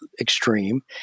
extreme